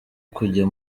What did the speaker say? kujya